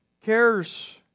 cares